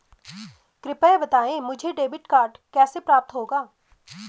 कृपया बताएँ मुझे डेबिट कार्ड कैसे प्राप्त होगा?